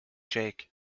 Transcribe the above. jake